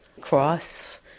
cross